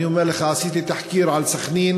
אני אומר לך, עשיתי תחקיר על סח'נין.